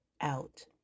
out